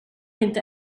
inte